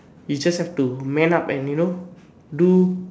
you just have to man up and you know do